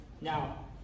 Now